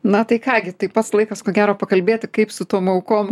na tai ką gi tai pats laikas ko gero pakalbėti kaip su tom aukom